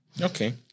Okay